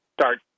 start